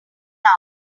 now